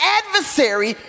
adversary